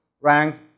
ranks